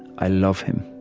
i love him.